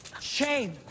Shame